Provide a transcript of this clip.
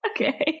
Okay